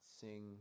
sing